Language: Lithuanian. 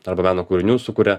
arba meno kūrinių sukuria